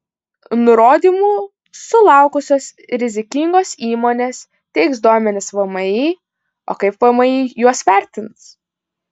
nurodymų sulaukusios rizikingos įmonės teiks duomenis vmi o kaip vmi juos vertins